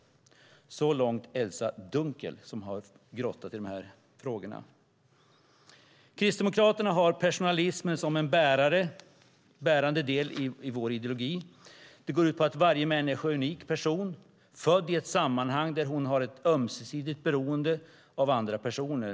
Så långt Elza Dunkels, som har grottat i de här frågorna. Kristdemokraterna har personalismen som en bärande del i vår ideologi. Den går ut på att varje människa är en unik person, född in i ett sammanhang där hon har ett ömsesidigt beroende av andra personer.